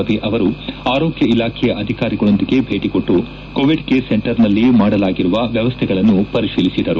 ರವಿ ಅವರು ಆರೋಗ್ಯ ಇಲಾಖೆಯ ಅಧಿಕಾರಿಗಳೊಂದಿಗೆ ಭೇಟಿಕೊಟ್ಟು ಕೋವಿಡ್ ಕೇರ್ ಸೆಂಟರ್ನಲ್ಲಿ ಮಾಡಲಾಗಿರುವ ವ್ಯವಸ್ಥೆಗಳನ್ನು ಪರಿಶೀಲಿಸಿದರು